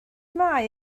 mae